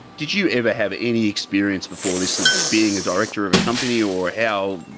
did you ever have any experience before this of being a director of a company or how,